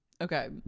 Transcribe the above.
Okay